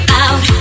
out